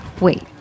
Wait